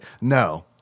no